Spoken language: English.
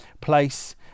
place